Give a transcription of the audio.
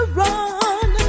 run